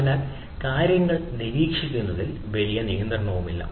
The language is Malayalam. അതിനാൽ കാര്യങ്ങൾ നിരീക്ഷിക്കുന്നതിൽ വലിയ നിയന്ത്രണവുമില്ല